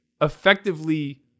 effectively